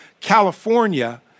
California